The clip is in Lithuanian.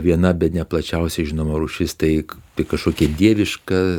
viena bene plačiausiai žinoma rūšis tai kažkokia dieviška